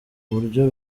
buryo